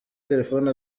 telefone